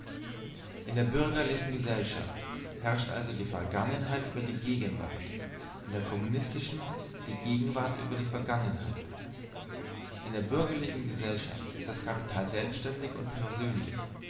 in der bürgerlichen gesellschaft herrscht also die vergangenheit über die gegenwart in der kommunistischen die gegenwart über die vergangenheit in der bürgerlichen gesellschaft ist das kapital selbständig und persönlich